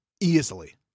easily